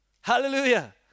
Hallelujah